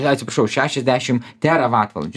atsiprašau šešiasdešim teravatvalandžių